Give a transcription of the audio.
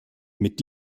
mit